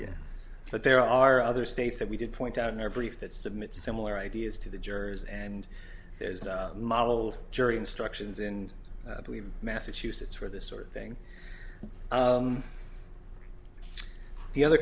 yes but there are other states that we did point out in our brief that submit similar ideas to the jurors and there's a model jury instructions in massachusetts for this sort of thing the other